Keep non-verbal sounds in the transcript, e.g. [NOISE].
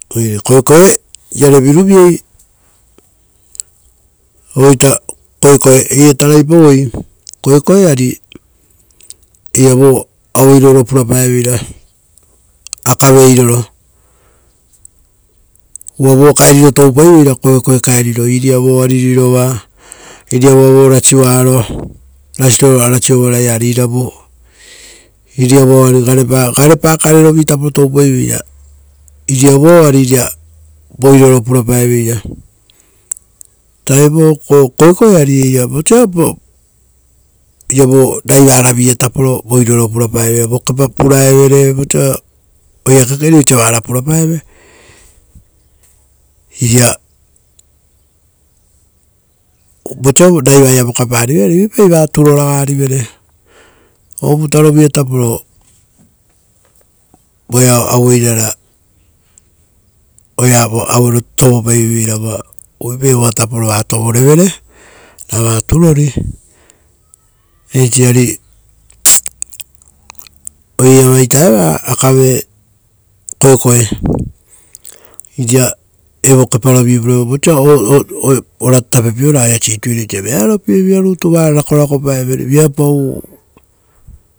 Oire koekoe ire viruviei, oita koekoe. Eiraia tarai pavei, koekoe ari eira vo aue iriro para pae veira akave iroro. Uva vo kaeri kaen ora vu rutu va tou pai veira aue koekoe kare, iriavua oari rirova, iriava vo rosiuaro rasito va ro sovara ia, ari, ari iriavua oari gareva, garepa kare rovi tapo toupai veira. Iriavua oaria iria vo iroroo purapae veira. Taraipau koekoe ari eira, vosa viapau raiva ara via taporo voi roro pura veira, vokepa purae vere, vosa oira kekeri osa vara purapaeve, iria, vosa raiva ia vokapa rivere uruipa ra vaa turo raga rivere. Ovuta rovuia taporo, voeao aue irara oea auero tovopai veira voa, uvuipa voa taporo va tovorevere rava turori eisi ari [NOISE] oira iva ita akave koekoe, iria evo kepa rovi-vosa ora tape pieu ra oira situeri osa vearo pie vira rutu vaara rakorako pae vere, viapau.